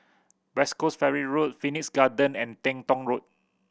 West Coast Ferry Road Phoenix Garden and Teng Tong Road